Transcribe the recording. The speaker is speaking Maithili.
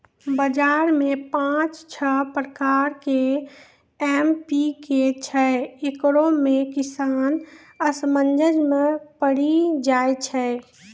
बाजार मे पाँच छह प्रकार के एम.पी.के छैय, इकरो मे किसान असमंजस मे पड़ी जाय छैय?